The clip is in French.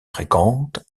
fréquente